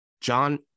John